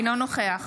אינו נוכח